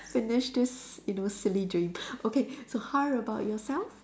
finish this you know silly dream okay so how about yourself